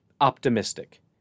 optimistic